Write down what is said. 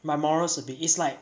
my morals a bit it's like